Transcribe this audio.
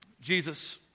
Jesus